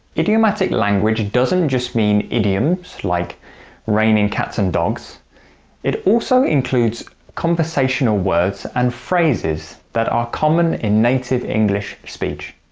idiomatic language doesn't just mean idioms like raining cats and dogs it also includes conversational words and phrases that are common in native english speech.